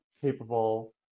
capable